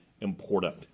important